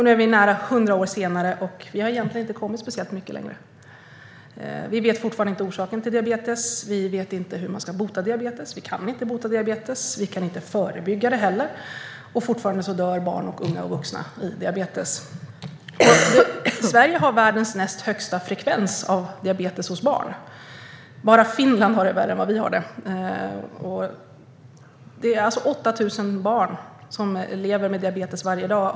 Nu, nästan hundra år senare, har vi egentligen inte kommit speciellt mycket längre. Vi vet fortfarande inte orsaken till diabetes. Vi vet fortfarande inte hur man ska bota diabetes. Vi kan inte förebygga diabetes. Och fortfarande dör barn, unga och vuxna i diabetes. Sverige har världens näst högsta frekvens av diabetes hos barn. Bara Finland har det värre än vad vi har det. 8 000 barn lever med diabetes varje dag.